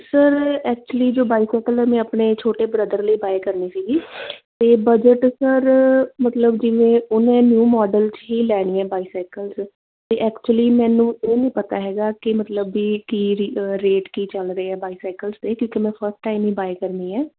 sir actually ਜੋ bicycle ਮੈਂ ਆਪਣੇ ਛੋਟੇ ਬ੍ਰਦਰ ਲਈ ਬਾਏ ਕਰਨੀ ਸੀਗੀ ਅਤੇ ਬਜਟ ਸਰ ਮਤਲਬ ਜਿਵੇਂ ਉਹਨੇ ਨਿਊ ਮਾਡਲ 'ਚ ਹੀ ਲੈਣੀ ਹੈ ਬਾਈਸਾਈਕਲ ਅਤੇ ਐਕਚੁਲੀ ਮੈਨੂੰ ਇਹ ਨਹੀਂ ਪਤਾ ਹੈਗਾ ਕਿ ਮਤਲਬ ਵੀ ਕੀ ਰੀ ਰੇਟ ਕੀ ਚੱਲ ਰਿਹਾ ਬਾਈਸਾਈਕਲਸ 'ਤੇ ਕਿਉਂਕਿ ਮੈਂ ਫਸਟ ਟਾਈਮ ਹੀ ਬਾਏ ਕਰਨੀ ਹੈ